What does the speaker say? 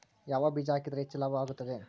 ಯಾವ ಬೇಜ ಹಾಕಿದ್ರ ಹೆಚ್ಚ ಲಾಭ ಆಗುತ್ತದೆ?